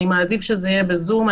אני מעדיף שזה יהיה בזום,